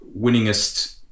winningest